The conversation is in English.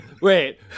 Wait